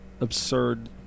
absurd